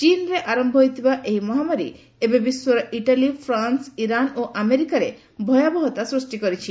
ଚୀନ୍ରେ ଆର ଏହି ମହାମାରୀ ଏବେ ବିଶ୍ୱର ଇଟାଲୀ ଫ୍ରାନ୍ସ ଇରାନ୍ ଓ ଆମେରିକାରେ ଭୟାବହତା ସୃଷ୍ କରିଛି